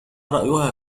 رأيها